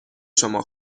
شما